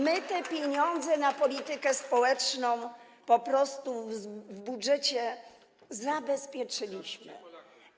My te pieniądze na politykę społeczną po prostu w budżecie zabezpieczyliśmy.